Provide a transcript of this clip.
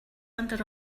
under